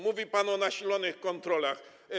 Mówi pan o nasilonych kontrolach.